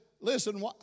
listen